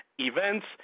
Events